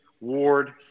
Ward